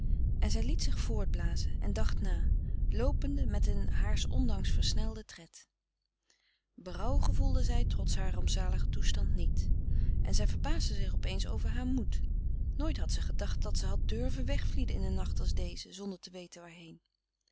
en zij liet zich voortblazen en dacht na loopende met een haars ondanks versnelden tred berouw gevoelde zij trots haar rampzaligen toestand niet en zij verbaasde zich op eens over haar moed nooit had ze gedacht dat ze had durven wegvlieden in een nacht als deze zonder te weten waarheen